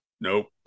Nope